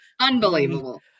Unbelievable